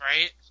Right